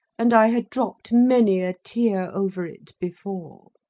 and i had dropped many a tear over it before.